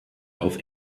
auf